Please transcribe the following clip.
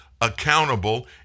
accountable